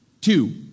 two